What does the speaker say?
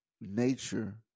nature